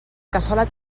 cassola